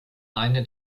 eine